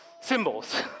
symbols